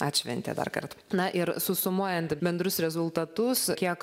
atšventė darkart na ir susumuojant bendrus rezultatus kiek